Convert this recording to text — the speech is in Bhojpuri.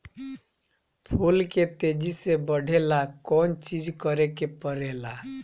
फूल के तेजी से बढ़े ला कौन चिज करे के परेला?